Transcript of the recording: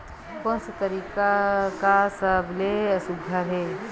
कोन से तरीका का सबले सुघ्घर हे?